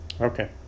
Okay